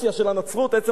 עצם הקיום שלנו,